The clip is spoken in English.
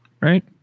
right